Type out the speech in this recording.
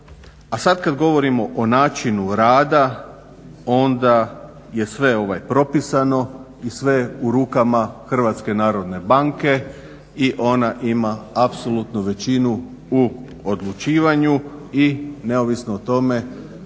A sad kad govorimo o načinu rada onda je sve propisano i sve je u rukama Hrvatske narodne banke i ona ima apsolutnu većinu u odlučivanju i neovisno o tome